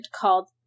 called